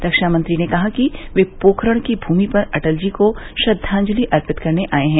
रक्षा मंत्री ने कहा कि वे पोखरण की भूमि पर अटल जी को श्रद्वांजलि अर्पित करने आए हैं